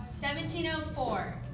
1704